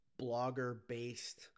blogger-based